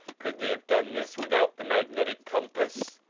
could they have done this without the magnetic compass?